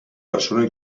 persona